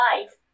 life